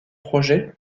projets